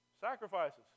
sacrifices